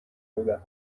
بودم